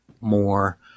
more